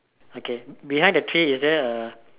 okay behind the tray is there a